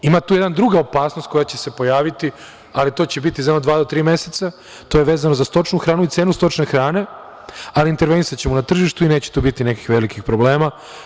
Ima tu jedna druga opasnost koja će se pojaviti, ali to će biti za jedno dva do tri meseca, to je vezano za stočnu hranu i cenu stočne hrane, ali intervenisaćemo na tržištu i neće tu biti nekih velikih problema.